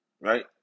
right